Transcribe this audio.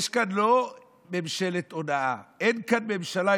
יש כאן לא ממשלת הונאה, אין כאן ממשלה.